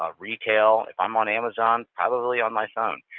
ah retail if i'm on amazon, probably on my phone.